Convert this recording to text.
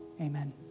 Amen